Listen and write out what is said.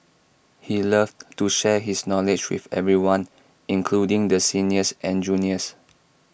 he loved to share his knowledge with everyone including the seniors and juniors